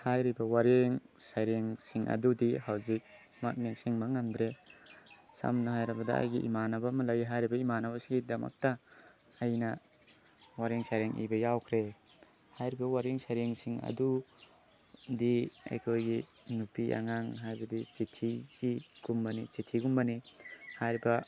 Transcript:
ꯍꯥꯏꯔꯤꯕ ꯋꯥꯔꯦꯡ ꯁꯩꯔꯦꯡꯁꯤꯡ ꯑꯗꯨꯗꯤ ꯍꯧꯖꯤꯛꯃꯛ ꯅꯤꯡꯁꯤꯡꯕ ꯉꯝꯗ꯭ꯔꯦ ꯁꯝꯅ ꯍꯥꯏꯔꯕꯗ ꯑꯩꯒꯤ ꯏꯃꯥꯟꯅꯕ ꯑꯃ ꯂꯩ ꯍꯥꯏꯔꯤꯕ ꯏꯃꯥꯟꯅꯕꯁꯤꯒꯤꯗꯃꯛꯇ ꯑꯩꯅ ꯋꯥꯔꯦꯡ ꯁꯩꯔꯦꯡ ꯏꯕ ꯌꯥꯎꯈ꯭ꯔꯦ ꯍꯥꯏꯔꯤꯕ ꯋꯥꯔꯦꯡ ꯁꯩꯔꯦꯡꯁꯤꯡ ꯑꯗꯨꯗꯤ ꯑꯩꯈꯣꯏꯒꯤ ꯅꯨꯄꯤ ꯑꯉꯥꯡ ꯍꯥꯏꯕꯗꯤ ꯆꯤꯊꯤꯒꯤ ꯀꯨꯝꯕꯅꯤ ꯆꯤꯊꯤꯒꯤꯒꯨꯝꯕꯅ ꯍꯥꯏꯔꯤꯕ